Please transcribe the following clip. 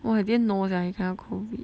!wah! I didn't know sia he kena COVID